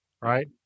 Right